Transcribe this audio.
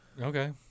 okay